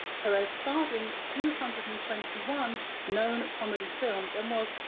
perez starred in two hundred and twenty one known comedy films and was,